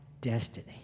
destiny